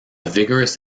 vigorous